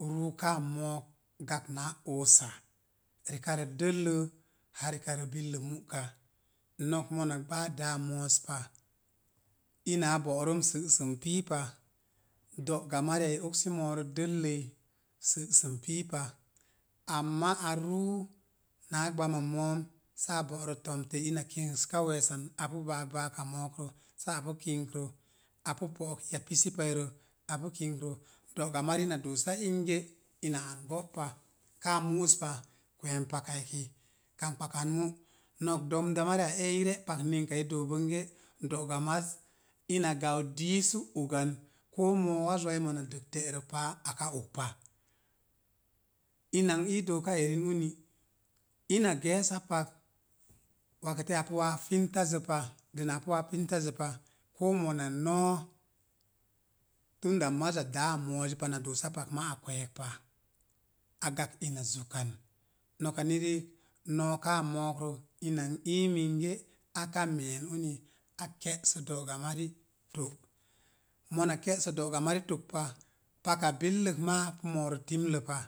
Ruukaa mook gak naá oosá. Rekarə dəllə haa rekarə muka. nok mona gbaa dáá mo̱o̱z pa ina a bo'ron sə'səm piipa. do'ga mariya i oksi moorə dəlləi sə'səm piipa. amma a rúú náá gbama moom. Sə a bo'ra tomtə ina kinska we̱e̱san apu baak bááka mookrə, sal apu kinkrə apu. apu pook iya pisipairə. apu kinkrə doga mari do sa inge ina an go'pa. Káá mu'us pa kweem paka eki kangkpa kan ma no̱k demda mariya ei i re’ pak ninka i doo bonge do'ga maz ina gau dii su ogan ko moo waz a dəg te'rə páá aka og pa. Ina n ii dooka eni uni. Ina geesa pak wakateya apu waa fintazzə pa. dəna apu wa fin tazzə pa koo mona no̱o̱ tunda maza dáá mo̱o̱zi pa na doosa pak ma a kwe̱e̱k pa, a gakp ina zukan noka ni riik no̱o̱ káá mo̱o̱krə n ii minge aka me̱a̱n unin á ke'sə do'ga mari tó mona ke'sə do'ga mari tok pa paka billək ma pu mooro pa.